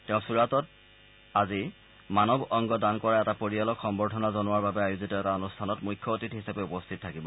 তেওঁ চূৰাটত আজি মানৱ অংগ দান কৰা এটা পৰিয়ালক সৰ্ঘ্ধনা জনোৱাৰ বাবে আয়োজিত এটা অনুষ্ঠানত মুখ্য অতিথি হিচাপে উপস্থিত থাকিব